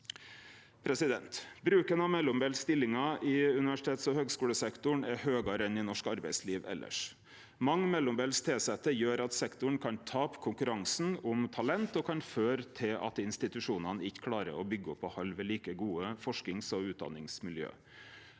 studiestader. Bruken av mellombelse stillingar i universitets- og høgskulesektoren er høgare enn i norsk arbeidsliv elles. Mange mellombels tilsette gjer at sektoren kan tape konkurransen om talent, og kan føre til at institusjonane ikkje klarar å byggje opp og halde ved like gode forskings- og utdanningsmiljø.